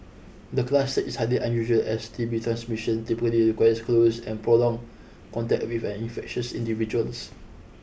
the class is highly unusual as T B transmission typically requires close and prolonged contact with an infectious individual